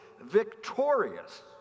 victorious